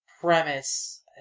premise